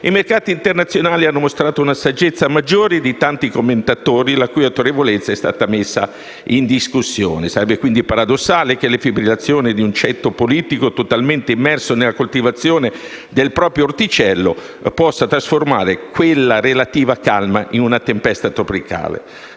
i mercati internazionali hanno mostrato una saggezza maggiore di tanti commentatori, la cui autorevolezza è stata messa in discussione. Sarebbe quindi paradossale che le fibrillazioni di un ceto politico totalmente immerso nella coltivazione del proprio orticello possano trasformare quella relativa calma in una tempesta tropicale.